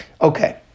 Okay